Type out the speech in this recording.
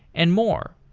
and more.